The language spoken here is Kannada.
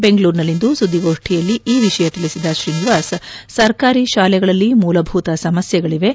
ಬೆಂಗಳೂರಿನಲ್ಲಿಂದು ಸುದ್ದಿಗೋಷ್ಠಿಯಲ್ಲಿ ಈ ವಿಷಯ ತಿಳಿಸಿದ ಶ್ರೀನಿವಾಸ್ ಸರ್ಕಾರಿ ಶಾಲೆಗಳಲ್ಲಿ ಮೂಲಭೂತ ಸಮಸ್ಯೆಗಳಿವೆ